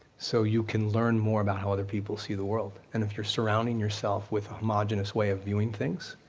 so you can learn more about how other people see the world. and if you're surrounding yourself with a homogenous way viewing things,